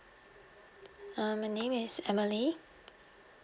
uh my name is emily